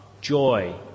joy